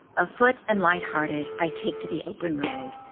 afoot and light-hearted i take to the open road,